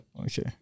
Okay